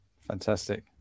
Fantastic